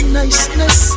niceness